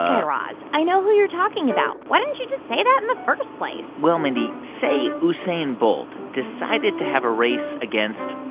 guy raz, i know who you're talking about. why didn't you just say that in the first place? well, mindy, say usain bolt decided to have a race against,